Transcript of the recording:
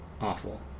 awful